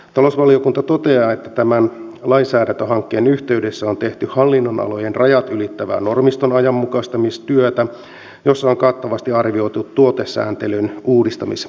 talousvaliokunta toteaa että tämän lainsäädäntöhankkeen yhteydessä on tehty hallinnonalojen rajat ylittävää normiston ajanmukaistamistyötä jossa on kattavasti arvioitu tuotesääntelyn uudistamistarpeita